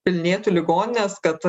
pilnėtų ligoninės kad